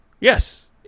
yes